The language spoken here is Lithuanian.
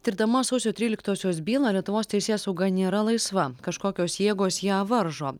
tirdama sausio tryliktosios bylą lietuvos teisėsauga nėra laisva kažkokios jėgos ją varžo